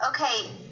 okay